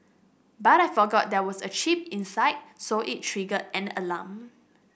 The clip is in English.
but I forgot there was a chip inside so it triggered an alarm